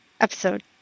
episode